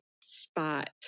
spot